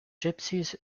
gypsies